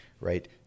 right